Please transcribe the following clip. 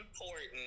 important